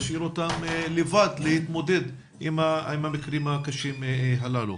להשאיר אותם לבד להתמודד עם המקרים הקשים הללו.